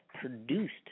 produced